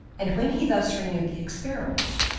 and when he thus renewed the experiment,